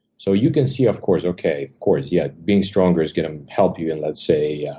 so you can see, of course, okay, of course, yeah. being stronger is gonna help you in, let's say, yeah